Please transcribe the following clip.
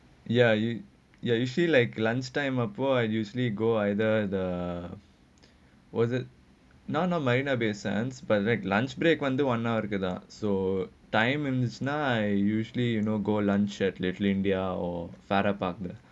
ya you see like lunchtime அப்போ:appo I usually go either the was it none of marina bay sands but like lunch break வந்தே:vanthae one hour தான்:thaan so time and it's இருந்துச்சுன்னா:irunthuchchinaa usually you know go lunch at literally there or farrer park there